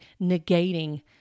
negating